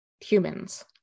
humans